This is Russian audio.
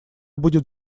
будет